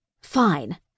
Fine